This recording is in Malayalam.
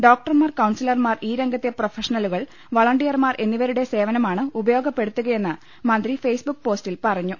ഡോക്ടർമാർ കൌൺസലർമാർ ഈ രംഗത്തെ പ്രൊഫഷണലു കൾ വളണ്ടിയർമാർ എന്നിവരുടെ സേവനമാണ് ഉപയോഗപ്പെടുത്തുകയെന്ന് മന്ത്രി ഫേസ്ബുക്ക് പോസ്റ്റിൽ പറഞ്ഞു